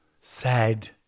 sad